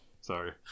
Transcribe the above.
Sorry